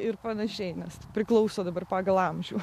ir panašiai nes priklauso dabar pagal amžių